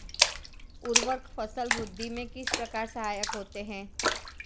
उर्वरक फसल वृद्धि में किस प्रकार सहायक होते हैं?